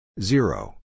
Zero